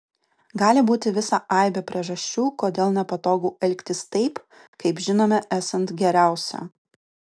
gali būti visa aibė priežasčių kodėl nepatogu elgtis taip kaip žinome esant geriausia